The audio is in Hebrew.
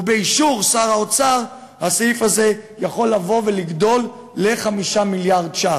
ובאישור שר האוצר הסעיף הזה יכול לבוא ולגדול ל-5 מיליארד ש"ח.